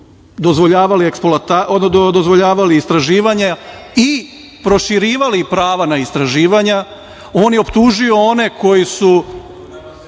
dozvoljavali istraživanje i proširivali prava na istraživanja. On je optužio one koji su